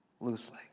loosely